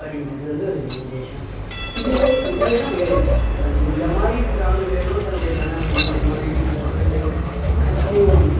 அப்டிங்கிறது வந்து ஒரு மிகப்பெரிய விஷயம் இதுவே இதுவேதான் ரியாலிட்டி இப்போ இந்தமாதிரி இருக்கிற ராணுவ வீரர்களும் தன்னுடைய கணவன் தன்னுடைய மனைவி தனது குழந்தைகள் அனைத்தையும்